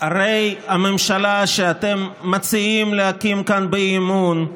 זה שהציג את הצעת האי-אמון.